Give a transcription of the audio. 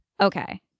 Okay